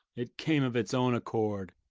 it came of its own accord.